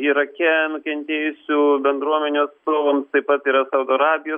irake nukentėjusių bendruomenių atstovams taip pat yra saudo arabijos